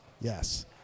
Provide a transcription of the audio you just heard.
Yes